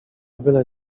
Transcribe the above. byle